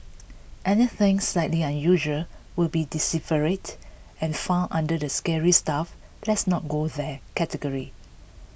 anything slightly unusual will be deciphered and filed under the scary stuff let's not go there category